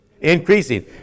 Increasing